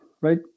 right